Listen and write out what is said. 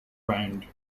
round